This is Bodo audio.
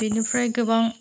बिनिफ्राय गोबां